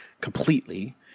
completely